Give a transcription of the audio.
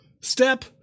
Step